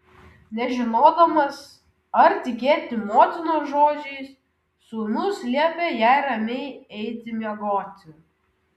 nežinodamas ar tikėti motinos žodžiais sūnus liepė jai ramiai eiti miegoti